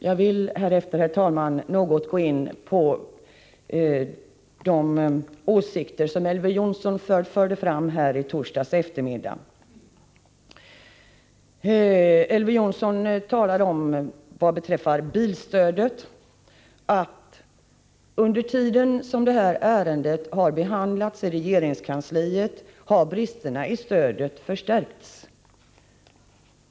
Jag vill härefter, herr talman, något gå in på de åsikter som Elver Jonsson förde fram här i kammaren i torsdags eftermiddag. Elver Jonsson sade beträffande bilstödet att under den tid som detta ärende behandlats i regeringskansliet har bristerna i stödet förstärkts.